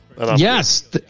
Yes